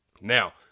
Now